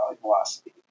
velocity